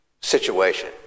situation